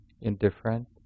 indifferent